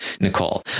nicole